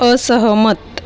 असहमत